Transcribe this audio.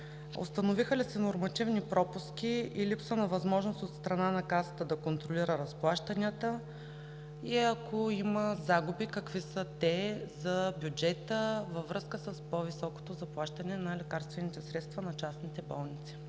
Установиха ли се нормативни пропуски и липса на възможност от страна на Касата да контролира разплащанията? Ако има загуби, какви са те за бюджета във връзка с по-високото заплащане на лекарствените продукти на частните болници?